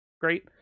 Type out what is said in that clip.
great